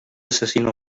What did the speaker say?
assassina